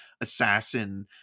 assassin